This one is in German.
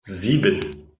sieben